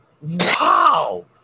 wow